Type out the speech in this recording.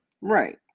Right